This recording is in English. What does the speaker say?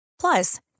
Plus